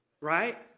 Right